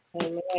Amen